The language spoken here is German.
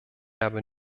habe